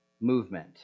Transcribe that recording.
movement